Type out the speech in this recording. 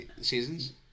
seasons